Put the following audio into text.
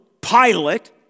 Pilate